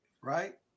right